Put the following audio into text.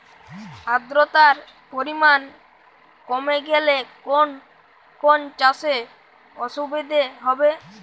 আদ্রতার পরিমাণ কমে গেলে কোন কোন চাষে অসুবিধে হবে?